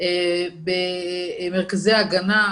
במרכזי הגנה.